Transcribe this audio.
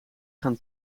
gaan